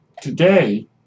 Today